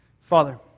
Father